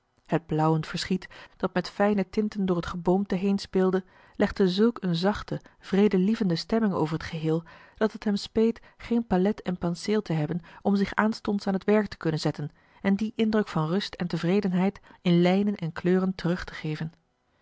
het blauwend verschiet dat met fijne tinten door het geboomte heenspeelde legde zulk een zachte vredelievende stemming over het geheel dat t hem speet geen palet en penseel te hebben om zich aanstonds aan het werk te kunnen zetten en dien indruk van rust en tevredenheid in lijnen en kleuren terugtegeven dan weer